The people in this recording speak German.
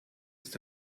ist